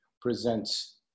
presents